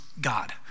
God